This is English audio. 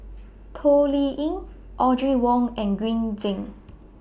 Toh Liying Audrey Wong and Green Zeng